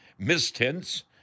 mistints